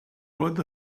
roedd